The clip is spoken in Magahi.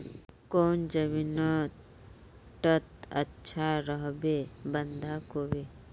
कौन जमीन टत अच्छा रोहबे बंधाकोबी?